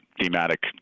thematic